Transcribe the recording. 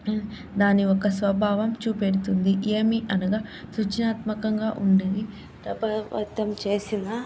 దాని యొక్క స్వభావం చూపెడుతుంది ఏమీ అనగా సృజనాత్మకంగా ఉండేది ప్రభావితం చేసిన